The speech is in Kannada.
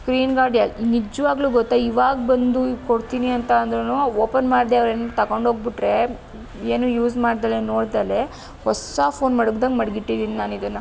ಸ್ಕ್ರೀನ್ಗಾರ್ಡ್ ಯ ನಿಜವಾಗಲೂ ಗೊತ್ತಾ ಈವಾಗ ಬಂದು ಕೊಡ್ತೀನಿ ಅಂತಂದ್ರೂ ಓಪನ್ ಮಾಡದೆ ಅವ್ರೆಂಗೆ ತೊಗೊಂಡೋಗ್ಬುಟ್ರೆ ಏನು ಯೂಸ್ ಮಾಡ್ದಲೆ ನೋಡ್ದಲೆ ಹೊಸ ಫೋನ್ ಮಡ್ಗದಂಗೆ ಮಡ್ಗಿಟ್ಟಿದಿನಿ ನಾನಿದನ್ನು